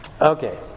Okay